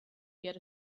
get